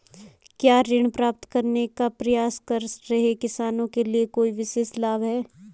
क्या ऋण प्राप्त करने का प्रयास कर रहे किसानों के लिए कोई विशेष लाभ हैं?